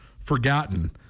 forgotten